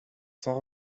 sans